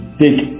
take